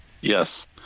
Yes